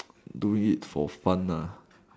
do it for fun nah